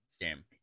game